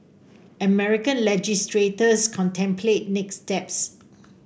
American legislators contemplate next steps